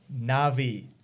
Navi